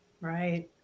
Right